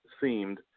seemed